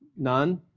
None